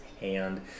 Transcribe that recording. hand